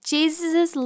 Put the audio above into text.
Jesus